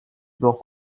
bords